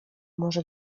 może